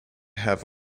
have